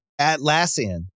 Atlassian